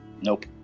Nope